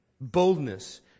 Boldness